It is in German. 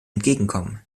entgegenkommen